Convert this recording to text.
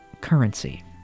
currency